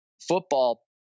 Football